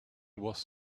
was